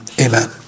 Amen